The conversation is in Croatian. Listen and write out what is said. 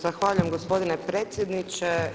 Zahvaljujem gospodine predsjedniče.